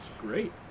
great